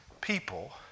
people